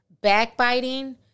backbiting